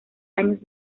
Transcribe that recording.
años